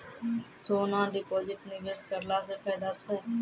सोना deposit निवेश करला से फैदा छै?